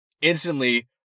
instantly